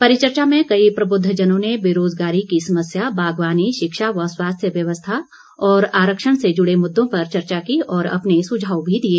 परिचर्चा में कई प्रबुद्ध जनों ने बेरोज़गारी की समस्या बागवानी शिक्षा व स्वास्थ्य व्यवस्था और आरक्षण से जुड़े मुद्दों पर चर्चा की और अपने सुझाव भी दिए